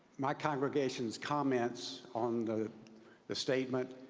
my congregation s comments on the the statement,